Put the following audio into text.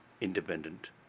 independent